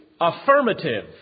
affirmative